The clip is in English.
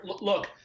look